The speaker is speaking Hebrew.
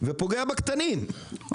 ופוגע בקטנים.